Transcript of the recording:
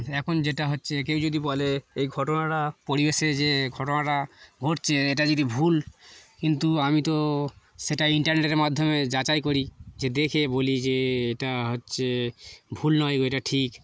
এখন যেটা হচ্ছে কেউ যদি বলে এই ঘটনাটা পরিবেশে যে ঘটনাটা ঘটছে এটা যদি ভুল কিন্তু আমি তো সেটা ইন্টারনেটের মাধ্যমে যাচাই করি যে দেখে বলি যে এটা হচ্ছে ভুল নয় গো এটা ঠিক